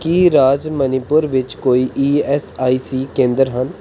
ਕੀ ਰਾਜ ਮਣੀਪੁਰ ਵਿੱਚ ਕੋਈ ਈ ਐਸ ਆਈ ਸੀ ਕੇਂਦਰ ਹਨ